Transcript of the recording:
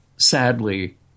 Sadly